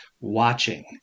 watching